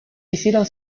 hicieron